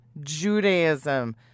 Judaism